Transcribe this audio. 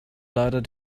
leider